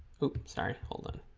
okay sorry hold on